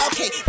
Okay